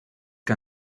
que